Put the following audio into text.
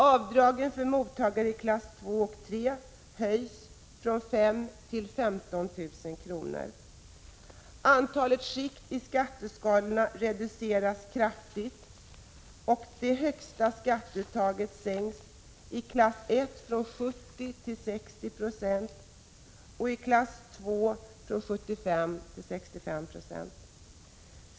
Avdragen för mottagare i klass II och III höjs från 5 000 til 15 000 kr. Antalet skikt i skatteskalorna reduceras kraftigt, och det högsta skatteuttaget sänks i klass I från 70 till 60 96 och i klass II från 75 till 65 96.